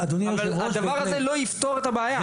אבל הדבר הזה לא יפתור את הבעיה.